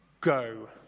Go